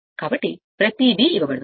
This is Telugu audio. కాబట్టి ప్రతిదీ ఇవ్వబడుతుంది